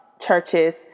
churches